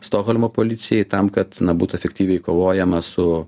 stokholmo policijai tam kad na būtų efektyviai kovojama su